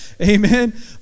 amen